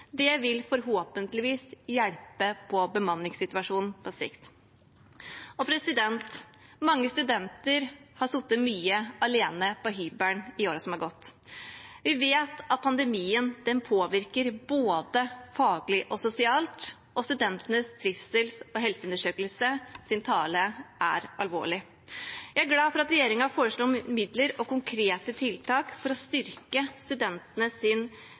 Det vil forhåpentligvis hjelpe på bemanningssituasjonen på sikt. Mange studenter har sittet mye alene på hybelen i årene som har gått. Vi vet at pandemien påvirker studentene både faglig og sosialt, og studentenes trivsels- og helseundersøkelses tale er alvorlig. Jeg er glad for at regjeringen foreslår midler og konkrete tiltak for å styrke